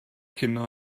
cinio